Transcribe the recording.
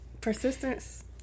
Persistence